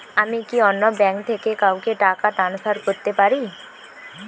আমি কি অন্য ব্যাঙ্ক থেকে কাউকে টাকা ট্রান্সফার করতে পারি?